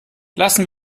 lassen